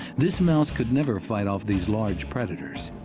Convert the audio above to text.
this mouse could never fight off these large predators.